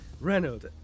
Reynolds